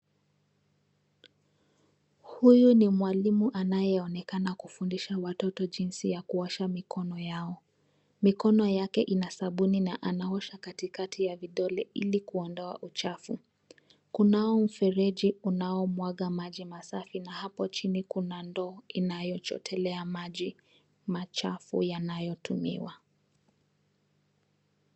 Huyu ni mwalimu anayeonekana kufundisha watoto jinsi ya kuosha mikono yao. Mikono yake ina sabuni na anaosha katikati ya vidole ili kuondoa uchafu. Kunao mfereji unaomwaga maji masafi na hapo chini kuna ndoo inayochotelea maji machafu yanayotumiwa.